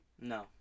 No